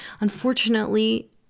unfortunately